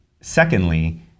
Secondly